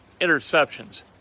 interceptions